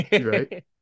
right